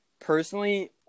personally